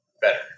better